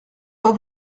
pas